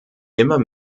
immer